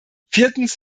viertens